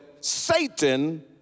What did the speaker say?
Satan